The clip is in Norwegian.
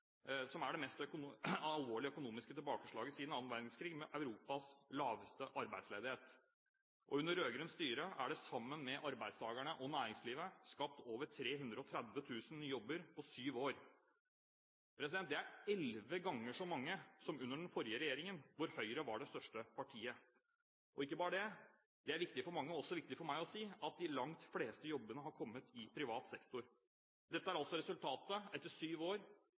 som er det mest alvorlige økonomiske tilbakeslaget siden annen verdenskrig, med Europas laveste arbeidsledighet. Under rød-grønt styre er det sammen med arbeidstakerne og næringslivet skapt over 330 000 nye jobber på syv år. Det er elleve ganger så mange som under den forrige regjeringen, hvor Høyre var det største partiet. Og ikke bare det – det er viktig for mange og også viktig for meg å si: De langt fleste jobbene har kommet i privat sektor. Dette er altså resultatet etter syv år